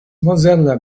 mozilla